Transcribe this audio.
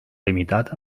limitat